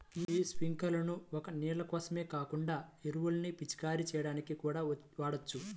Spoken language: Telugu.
యీ స్పింకర్లను ఒక్క నీళ్ళ కోసమే కాకుండా ఎరువుల్ని పిచికారీ చెయ్యడానికి కూడా వాడొచ్చు